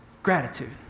Gratitude